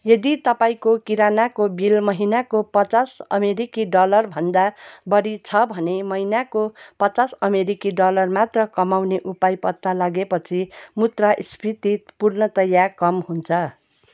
यदि तपाईँको किरानाको बिल महिनाको पचास अमेरिकी डलरभन्दा बढी छ भने महिनाको पचास अमेरिकी डलर मात्र कमाउने उपाय पत्ता लागेपछि मुद्रास्फीति पूर्णतया कम हुन्छ